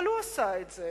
אבל הוא עשה את זה.